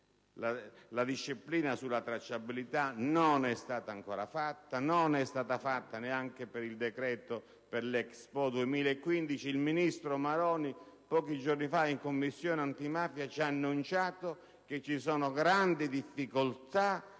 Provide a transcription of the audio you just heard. la disciplina sulla tracciabilità, ma non è stato ancora fatto e non è stato fatto neanche per il decreto per l'Expo 2015. Il ministro Maroni, pochi giorni fa, in Commissione antimafia ci ha annunciato che ci sono grandi difficoltà